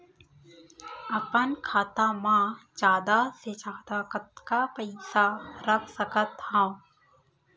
अपन खाता मा जादा से जादा कतका पइसा रख सकत हव?